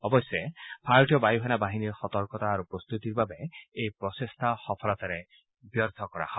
অৱশ্যে ভাৰতীয় বায়ু সেনা বাহিনীৰ সতৰ্কতা আৰু প্ৰস্তুতিৰ বাবে এই প্ৰচেষ্টা সফলতাৰে ব্যৰ্থ কৰা হয়